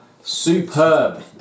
superb